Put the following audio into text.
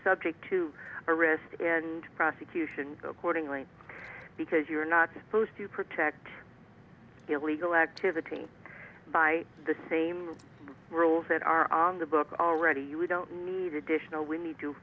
subject to arrest and prosecution accordingly because you're not supposed to protect illegal activity by the same rules that are on the books already you don't need additional we need to